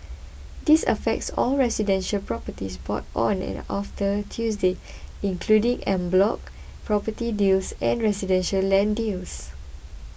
this affects all residential properties bought on in or after Tuesday including en bloc property deals and residential land deals